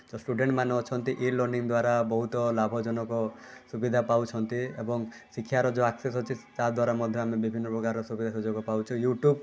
ଯେଉଁ ସ୍ଟୁଡେଣ୍ଟ ମାନେ ଅଛନ୍ତି ଈ ଲର୍ନିଂଗ ଦ୍ୱାରା ବହୁତ ଲାଭଜନକ ସୁବିଧା ପାଉଛନ୍ତି ଏବଂ ଶିକ୍ଷାର ଯେଉଁ ଆକ୍ସେସ୍ ଅଛି ତା' ଦ୍ୱାରା ମଧ୍ୟ ବିଭିନ୍ନପ୍ରକାର ସୁବିଧା ସୁଯୋଗ ପାଉଛେ ୟୁଟ୍ୟୁବ୍